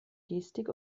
gestik